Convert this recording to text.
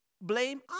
blame